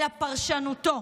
אלא פרשנותו.